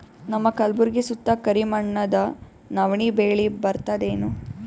ನಮ್ಮ ಕಲ್ಬುರ್ಗಿ ಸುತ್ತ ಕರಿ ಮಣ್ಣದ ನವಣಿ ಬೇಳಿ ಬರ್ತದೇನು?